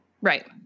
Right